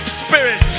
spirit